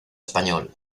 español